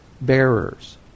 bearers